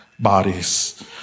Bodies